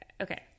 okay